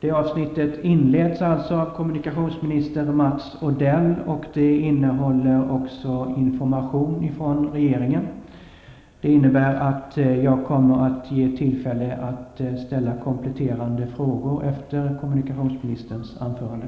Det avsnittet inleds av kommunikationsminister Mats Odell och innehåller också information från regeringen. Det innebär alltså att jag kommer att ge tillfälle till riksdagsledamöterna att ställa kompletterande frågor efter kommunikationsministerns anförande.